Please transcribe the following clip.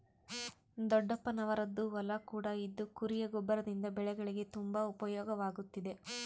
ದೊಡ್ಡಪ್ಪನವರದ್ದು ಹೊಲ ಕೂಡ ಇದ್ದು ಕುರಿಯ ಗೊಬ್ಬರದಿಂದ ಬೆಳೆಗಳಿಗೆ ತುಂಬಾ ಉಪಯೋಗವಾಗುತ್ತಿದೆ